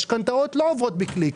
משכנתאות לא עוברות בקליק.